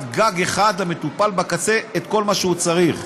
גג אחת למטופל בקצה את כל מה שהוא צריך.